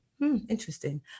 interesting